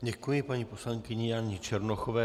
Děkuji paní poslankyni Janě Černochové.